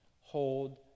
Hold